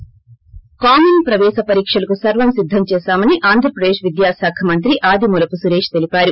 set పరీక్షలకు సర్వం సిద్ధం చేశామని ఆంధ్రప్రదేశ్ విద్యా శాఖ మంత్రి ఆదిమూలపు సురేష్ చెప్పారు